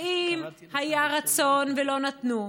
שאם היה רצון ולא נתנו,